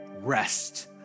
Rest